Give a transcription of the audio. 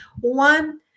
one